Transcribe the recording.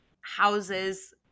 houses